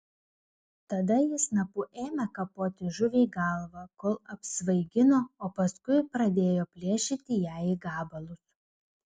tada ji snapu ėmė kapoti žuviai galvą kol apsvaigino o paskui pradėjo plėšyti ją į gabalus